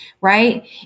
right